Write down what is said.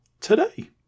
today